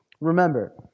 remember